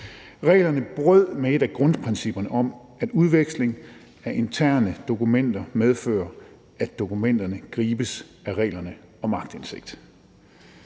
Reglerne brød med et af grundprincipperne om, at udveksling af interne dokumenter medfører, at dokumenterne gribes af reglerne om aktindsigt.